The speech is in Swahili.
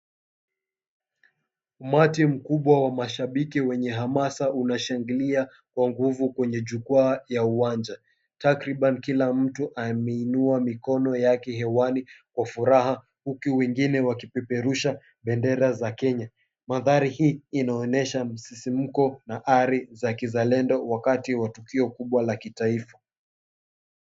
Umati mkubwa wa mashabiki wenye hamasa unashangilia kwa nguvu kwenye jukwaa ya uwanja. Takriban kila mtu ameinua mikono yake hewani kwa furaha huku wengine wakipeperusha bendera za Kenya. Mandhari hii inaonesha msisimko na ari za kizalendo wakati wa tukio kubwa la kitaifa.